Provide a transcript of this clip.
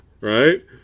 right